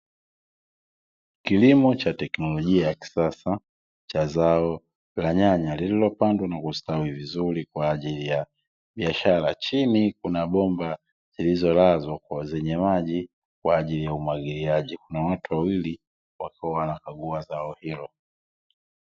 Kilimo cha teknolojia ya kisasa cha zao la nyanya lililopandwa na kustawi vizuri kwa ajili ya biashara, chini kuna bomba zilizolazwa zenye maji kwa ajili ya umwagiliaji, kuna watu wawili wakiwa wanakagua zao hilo.